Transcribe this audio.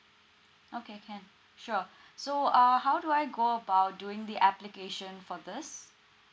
okay can sure so uh how do I go about doing the application for this